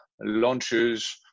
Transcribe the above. launches